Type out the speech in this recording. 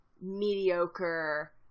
mediocre